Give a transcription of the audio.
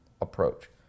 approach